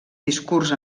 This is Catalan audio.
discurs